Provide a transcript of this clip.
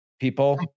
people